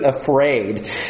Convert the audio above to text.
afraid